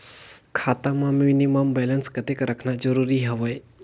खाता मां minimum balance कतेक रखना जरूरी हवय?